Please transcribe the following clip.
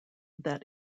that